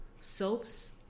soaps